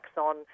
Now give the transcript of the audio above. on